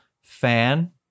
fan